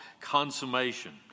consummation